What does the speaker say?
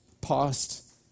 Past